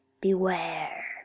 beware